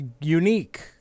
unique